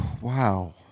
Wow